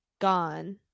gone